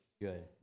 Good